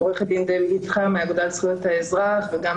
עו"ד דבי גילד חיו מהאגודה לזכויות האזרח ואני פונה גם